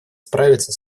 справиться